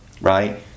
Right